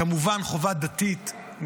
כמובן חובה דתית,